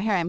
here i'm